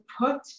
put